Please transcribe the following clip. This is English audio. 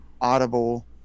Audible